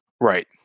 Right